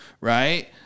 right